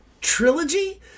trilogy